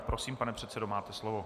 Prosím, pane předsedo, máte slovo.